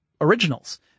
originals